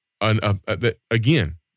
again